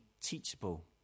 teachable